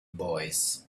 boys